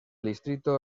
distrito